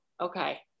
okay